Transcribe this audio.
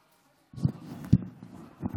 תודה רבה.